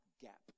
gap